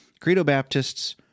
Credo-baptists